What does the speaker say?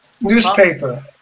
newspaper